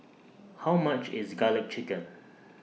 How much IS Garlic Chicken